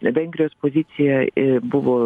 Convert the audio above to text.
vengrijos pozicija i buvo